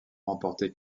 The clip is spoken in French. remporté